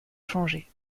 changer